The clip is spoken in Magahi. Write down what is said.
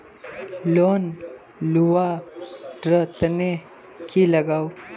लोन लुवा र तने की लगाव?